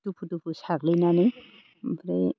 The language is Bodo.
दुफु दुफु साग्लिनानै ओमफ्राय